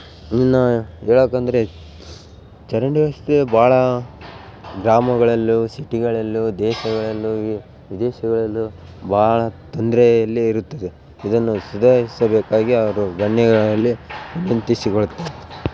ಇನ್ನು ಹೇಳೋಕ್ ಅಂದರೆ ಚರಂಡಿ ವ್ಯವಸ್ಥೆ ಭಾಳಾ ಗ್ರಾಮಗಳಲ್ಲು ಸಿಟಿಗಳಲ್ಲು ದೇಶಗಳಲ್ಲು ವಿದೇಶಗಳಲ್ಲು ಭಾಳ ತೊಂದರೆ ಅಲ್ಲಿ ಇರುತ್ತದೆ ಇದನ್ನು ಸುಧಾರಿಸಬೇಕಾಗಿ ಅವರು ಗಣ್ಯಗಳಲ್ಲಿ ವಿನಂತಿಸಿಕೊಳ್ತಾ